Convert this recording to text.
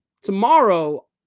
tomorrow